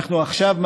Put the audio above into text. אנחנו עכשיו,